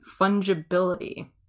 fungibility